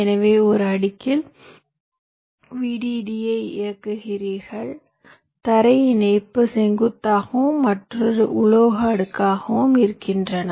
எனவே ஒரு அடுக்கில் VDD ஐ இயக்குவீர்கள் தரை இணைப்பு செங்குத்தாகவும் மற்றொரு உலோக அடுக்காகவும் இருக்கின்றன